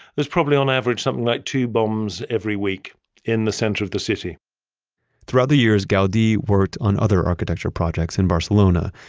was probably on average something like two bombs every week in the center of the city throughout the years gaudi worked on other architecture projects in barcelona.